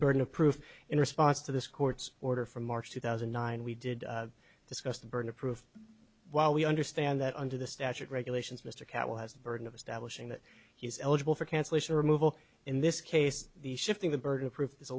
burden of proof in response to this court's order from march two thousand and nine we did discuss the burden of proof while we understand that under the statute regulations mr carroll has the burden of establishing that he's eligible for cancellation removal in this case the shifting the burden of proof is a